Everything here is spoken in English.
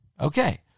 Okay